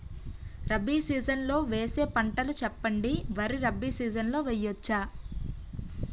Rabi season లో వేసే పంటలు చెప్పండి? వరి రబీ సీజన్ లో వేయ వచ్చా?